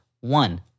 one